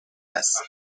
است